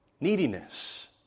Neediness